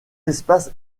espaces